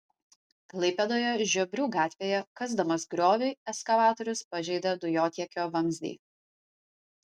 klaipėdoje žiobrių gatvėje kasdamas griovį ekskavatorius pažeidė dujotiekio vamzdį